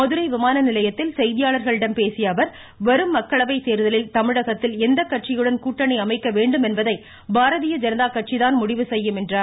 மதுரை விமான நிலையத்தில் செய்தியாளர்களிடம் பேசிய அவர் வரும் மக்களவை தேர்தலில் தமிழகத்தில் ளந்த கட்சியுடன் கூட்டணி அமைக்க வேண்டும் என்பதை பாரதீய ஜனதா கட்சிதான் முடிவு செய்யும் என்றார்